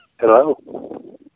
Hello